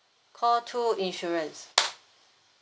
call two insurance